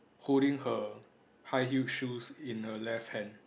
holding her high heel shoes in her left hand